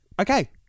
Okay